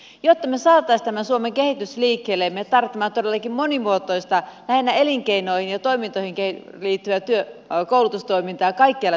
jotta me saisimme tämän suomen kehityksen liikkeelle me tarvitsemme todellakin monimuotoista lähinnä elinkeinoihin ja toimintoihin liittyvää koulutustoimintaa kaikkialla suomessa